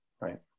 Right